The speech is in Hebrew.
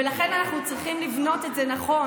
ולכן אנחנו צריכים לבנות את זה נכון.